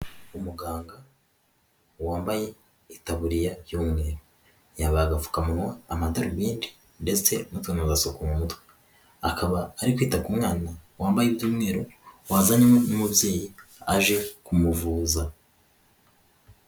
Umuganga wambaye itaburiya y'umweru, yambaye agapfukamuwa, amadarubindi ndetse n'udusuko ku mutwe akaba ari kwita ku mwana wambaye umweru, wazanye n'umubyeyi aje kumuvuza.